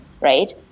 right